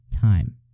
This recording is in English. time